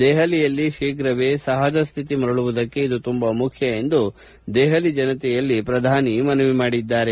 ದೆಹಲಿಯಲ್ಲಿ ಶೀಘ್ರವೇ ಸಹಜ ಸ್ಥಿತಿ ಮರಳುವುದಕ್ಕೆ ಇದು ತುಂಬಾ ಮುಖ್ಯ ಎಂದು ದೆಹಲಿ ಜನತೆಯಲ್ಲಿ ಮನವಿ ಮಾಡಿದ್ದಾರೆ